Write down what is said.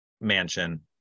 mansion